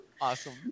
Awesome